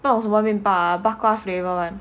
不懂什么面包 ah bak kwa flavour [one]